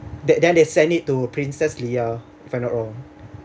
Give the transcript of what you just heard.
that then they send it to princess leia if I'm not wrong